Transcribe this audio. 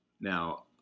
Now